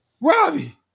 Robbie